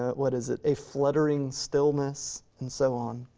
ah what is it, a fluttering stillness, and so on,